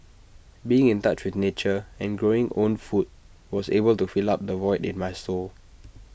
being in touch with nature and growing own food was able to fill up the void in my soul